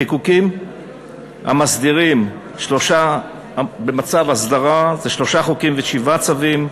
חיקוקים במצב הסדרה, שלושה חוקים ושבעה צווים,